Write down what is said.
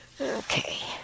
Okay